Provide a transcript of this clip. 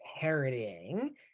parodying